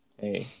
Hey